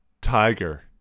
Tiger